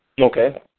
Okay